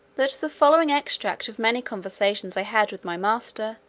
that the following extract of many conversations i had with my master,